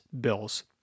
bills